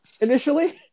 initially